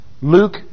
Luke